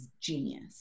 genius